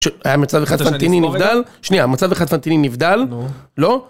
היה מצב אחד פנטיני נבדל? שנייה, מצב אחד פנטיני נבדל? לא?